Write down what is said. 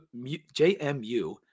JMU